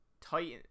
Titan